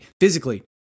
physically